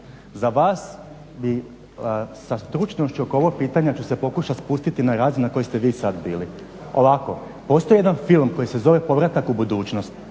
za vas bi sa stručnošću oko ovog pitanja ću se pokušati spustiti na razinu na kojoj ste vi sad bili. Ovako, postoji jedan film koji se zove Povratak u budućnost,